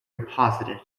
deposited